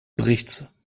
berichts